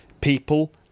People